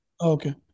Okay